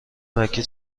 مکه